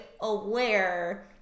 aware